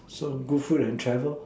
so good food and travel